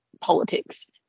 politics